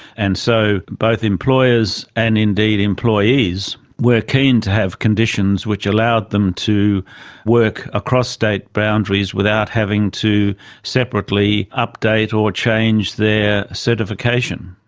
and so both employers and indeed employees were keen to have conditions which allowed them to work across state boundaries without having to separately update or change their certification.